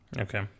Okay